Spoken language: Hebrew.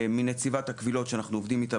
מנציבת הקבילות שאנחנו עובדים איתה